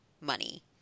money